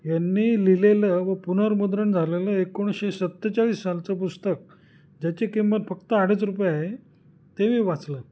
यांनी लिहिलेलं व पुनर्मुद्रण झालेलं एकोणीसशे सत्तेचाळीस सालचं पुस्तक ज्याची किंमत फक्त अडीच रुपये आहे तेव्हा वाचलं